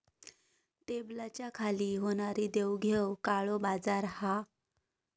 टेबलाच्या खाली होणारी देवघेव काळो बाजार हा